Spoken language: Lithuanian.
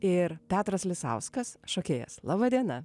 ir petras lisauskas šokėjas laba diena